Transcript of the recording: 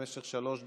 למשך שלוש דקות.